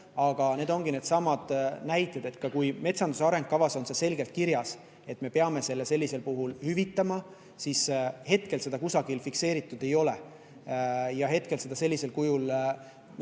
Aga need ongi needsamad näited. Kui metsanduse arengukavas on selgelt kirjas, et me peame selle sellisel puhul hüvitama, siis hetkel seda kusagil fikseeritud ei ole ja hetkel neil sellisel kujul